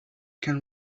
can